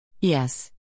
Yes